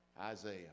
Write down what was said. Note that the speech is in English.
Isaiah